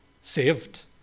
saved